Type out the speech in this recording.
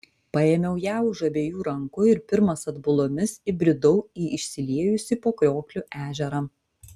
paėmiau ją už abiejų rankų ir pirmas atbulomis įbridau į išsiliejusį po kriokliu ežerą